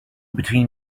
between